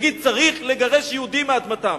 תגיד: צריך לגרש יהודים מאדמתם.